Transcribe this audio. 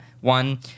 one